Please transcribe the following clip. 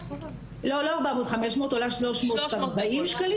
לא, היא עולה 300 שקלים.